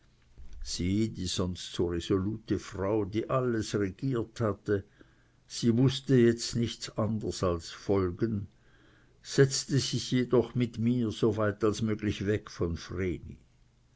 die sonst so resolute frau die alles regiert hatte sie wußte jetzt nichts anders als folgen setzte sich doch mit mir so weit als möglich weg vom